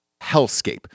hellscape